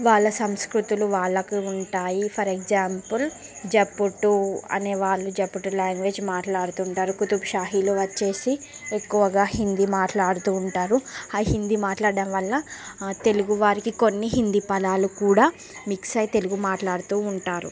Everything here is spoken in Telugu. వాళ్ళ సంస్కృతులు వాళ్ళకు ఉంటాయి ఫర్ ఎగ్జాంపుల్ జప్పుటూ అనే వాళ్ళు జప్పుటు లాంగ్వేజ్ మాట్లాడుతుంటారు కుతుబ్షాహీలు వచ్చేసి ఎక్కువగా హిందీ మాట్లాడుతూ ఉంటారు ఆ హిందీ మాట్లాడటం వల్ల తెలుగు వారికి కొన్ని హిందీ పదాలు కూడా మిక్స్ అయి తెలుగు మాట్లాడుతూ ఉంటారు